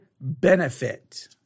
benefit